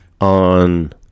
on